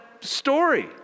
story